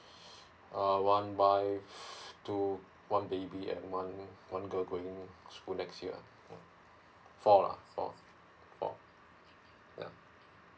err one by two one baby and one one girl going to school next year err four lah four four yeah